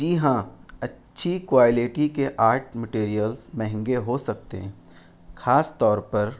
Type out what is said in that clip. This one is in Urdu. جی ہاں اچھی کوالٹی کے آرٹ مٹیریلس مہنگے ہو سکتے ہیں خاص طور پر